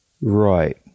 right